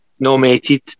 nominated